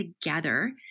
together